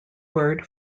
word